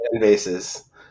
bases